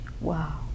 Wow